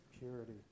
purity